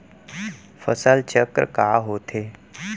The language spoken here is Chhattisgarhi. फसल चक्र का होथे?